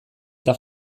eta